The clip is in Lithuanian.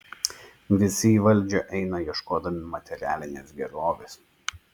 visi į valdžią eina ieškodami materialinės gerovės